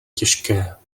těžké